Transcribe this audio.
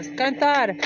cantar